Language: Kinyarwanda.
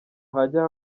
hajya